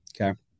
Okay